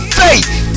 faith